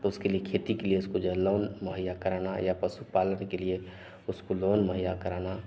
तो उसके लिए खेती के लिए उसको जो है लोन मुहैया कराना या पशु पालन के लिए उसको लोन मुहैया कराना